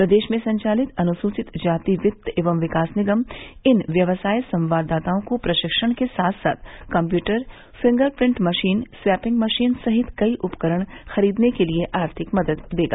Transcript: प्रदेश में संचालित अनुसूचित जाति वित्त एवं विकास निगम इन व्यवसाय संवाददाताओं को प्रशिक्षण के साथ साथ computer fingerprint machine swiping machine सहित कई उपकरण खरीदने के लिए आर्थिक मदद देगा